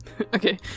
okay